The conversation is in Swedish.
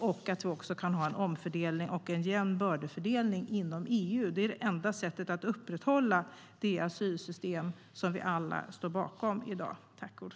Dessutom måste vi ha en omfördelning och en jämn bördefördelning inom EU. Det är enda sättet att upprätthålla det asylsystem som vi alla i dag står bakom.